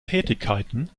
tätigkeiten